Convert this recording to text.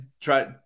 try